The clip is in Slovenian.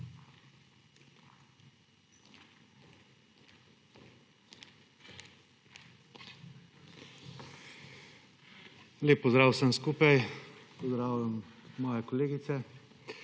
Lep pozdrav vsem skupaj, pozdravljam svojo kolegico.